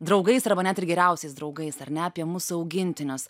draugais arba net ir geriausiais draugais ar ne apie mūsų augintinius